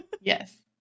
Yes